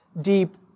deep